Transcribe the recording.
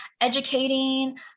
educating